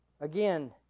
Again